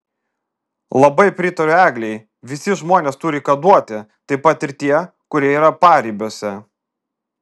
labai pritariu eglei visi žmonės turi ką duoti taip pat ir tie kurie yra paribiuose